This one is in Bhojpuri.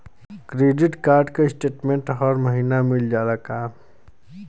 क्रेडिट कार्ड क स्टेटमेन्ट हर महिना मिल जाला का?